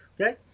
Okay